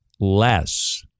less